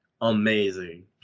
Amazing